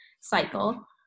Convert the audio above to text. cycle